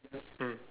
mm